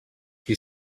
qui